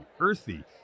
earthy